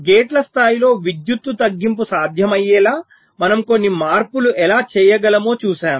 గేట్ల స్థాయిలో విద్యుత్ తగ్గింపు సాధ్యమయ్యేలా మనం కొన్ని మార్పులు ఎలా చేయగలమో చూసాం